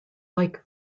like